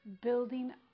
building